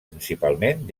principalment